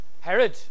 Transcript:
Herod